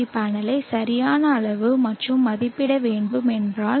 we பேனலை சரியான அளவு மற்றும் மதிப்பிட வேண்டும் என்றால்